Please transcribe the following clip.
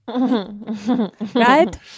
right